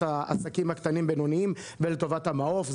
העסקים הקטנים והבינוניים ולטובת המעוף,